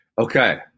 Okay